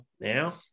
now